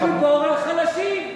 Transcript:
אתה גיבור על חלשים,